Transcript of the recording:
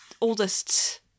oldest